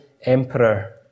emperor